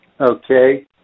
Okay